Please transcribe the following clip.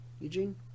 Eugene